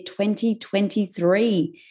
2023